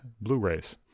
Blu-rays